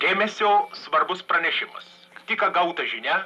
dėmesio svarbus pranešimas tik ką gauta žinia